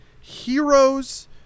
heroes